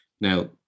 Now